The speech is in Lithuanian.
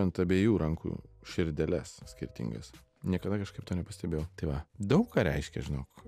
ant abiejų rankų širdeles skirtingas niekada kažkaip to nepastebėjau tai va daug ką reiškia žinok